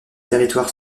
territoire